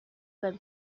been